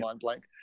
blank